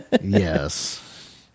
yes